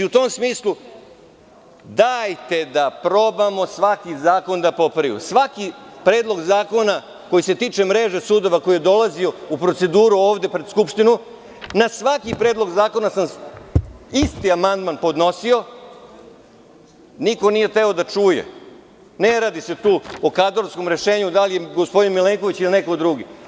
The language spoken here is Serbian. U tom smislu, dajete da probamo svaki zakon da popravimo, svaki predlog zakona koji se tiče mreže sudova koji je dolazio u proceduru ovde pred Skupštinu, na svaki Predlog zakona sam isti amandman podnosio, niko nije hteo da čuje, ne radi se tu o kadrovskom rešenju, da li je gospodin Milenković, ili je neko drugi.